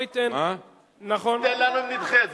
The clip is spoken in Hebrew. אם נדחה?